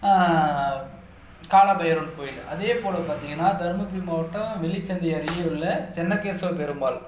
கால பைரவன் கோயில் அதே போல் பார்த்திங்கன்னா தர்மபுரி மாவட்டம் வெள்ளிச்சந்தி அருகே உள்ள சென்னகேஸ்வர பெருமாள்